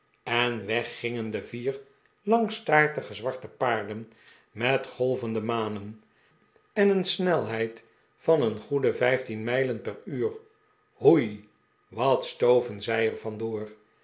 ck club weg gingen de vier langstaartige zwarte paarden met golvende manen en een snelheid van een goede vijftien mijlen per uur hoei wat stoven zij er